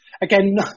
Again